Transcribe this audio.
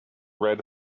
red